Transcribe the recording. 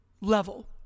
level